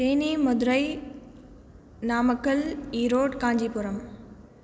Theni Madurai Namakkal Erode Kanchipuram